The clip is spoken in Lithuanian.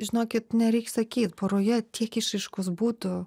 žinokit nereik sakyt poroje tiek išraiškos būtų